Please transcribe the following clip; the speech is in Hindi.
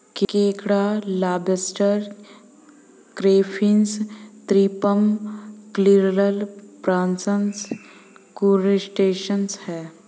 केकड़ा lobster crayfish shrimp krill prawns crustacean है